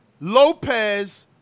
Lopez